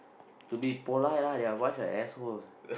to be polite lah there are a bunch of assholes